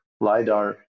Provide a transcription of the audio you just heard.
lidar